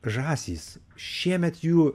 žąsys šiemet jų